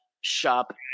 shop